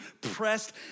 pressed